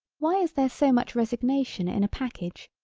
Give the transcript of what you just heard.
why is there so much resignation in a package,